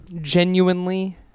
genuinely